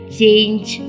change